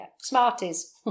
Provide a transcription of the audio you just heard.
Smarties